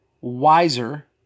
wiser